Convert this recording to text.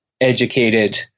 educated